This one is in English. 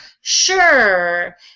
Sure